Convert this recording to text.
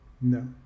No